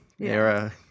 era